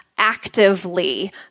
actively